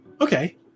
Okay